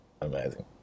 amazing